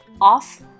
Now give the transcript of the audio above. off